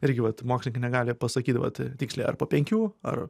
irgi vat mokslininkai negali pasakyt vat tiksliai ar po penkių ar